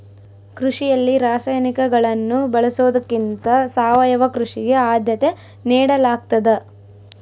ಕೃಷಿಯಲ್ಲಿ ರಾಸಾಯನಿಕಗಳನ್ನು ಬಳಸೊದಕ್ಕಿಂತ ಸಾವಯವ ಕೃಷಿಗೆ ಆದ್ಯತೆ ನೇಡಲಾಗ್ತದ